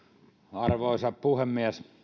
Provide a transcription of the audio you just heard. arvoisa puhemies